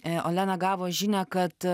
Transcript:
olena gavo žinią kad